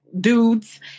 dudes